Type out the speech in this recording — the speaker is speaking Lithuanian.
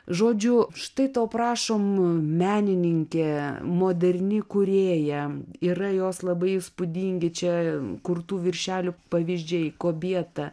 žodžiu štai to prašom menininkė moderni kūrėja yra jos labai įspūdingi čia kurtų viršelių pavyzdžiai kobieta